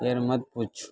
फेर मत पूछू